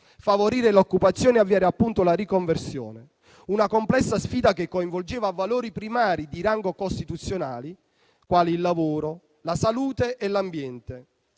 favorire l'occupazione e avviare la riconversione. Si trattava di una complessa sfida che coinvolgeva valori primari di rango costituzionale, quali il lavoro, la salute e l'ambiente,